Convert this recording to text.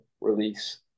release